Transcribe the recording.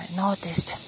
noticed